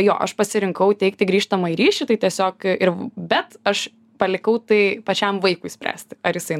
jo aš pasirinkau teikti grįžtamąjį ryšį tai tiesiog ir bet aš palikau tai pačiam vaikui spręsti ar jisai